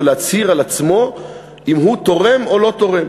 להצהיר על עצמו אם הוא תורם או לא תורם.